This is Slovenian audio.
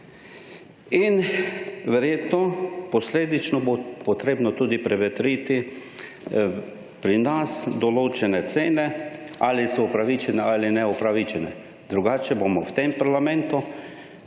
in verjetno posledično bo potrebno tudi prevetriti pri nas določene cene ali so opravičene ali neopravičene drugače bomo v tem parlamentu